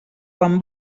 quan